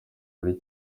ari